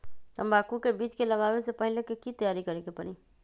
तंबाकू के बीज के लगाबे से पहिले के की तैयारी करे के परी?